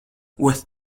with